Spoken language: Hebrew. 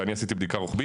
ואני עשיתי בדיקה רוחבית,